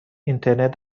اینترنت